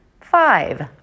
Five